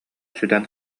сүтэн